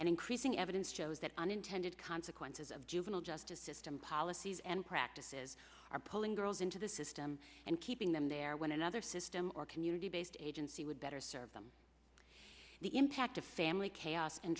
and increasing evidence shows that unintended consequences of juvenile justice system policies and practices are pulling girls into the system and keeping them there when another system or community based agency would better serve them the impact of family chaos and